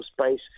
space